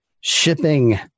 Shipping